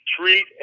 treat